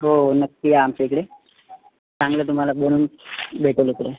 हो नक्की या आमच्या इकडे चांगलं तुम्हाला बनवून भेटेल इकडे